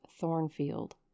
Thornfield